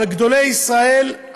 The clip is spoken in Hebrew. על גדולי ישראל,